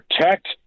protect